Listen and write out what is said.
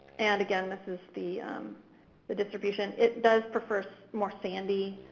and again, this is the the distribution. it does prefer so more sandy,